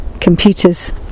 computers